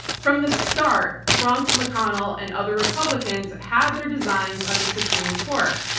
from the start, trump, mcconnell and other republicans had their designs on the supreme court.